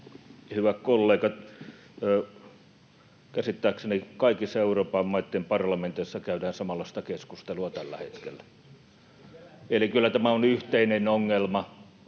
Hyvät kollegat! Käsittääkseni kaikissa Euroopan maitten parlamenteissa käydään samanlaista keskustelua tällä hetkellä. Eli kyllä tämä on yhteinen ongelma